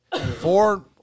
Four